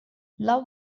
love